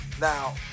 Now